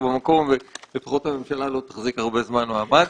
במקום ולפחות הממשלה לא תחזיק הרבה זמן מעמד.